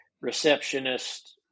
receptionist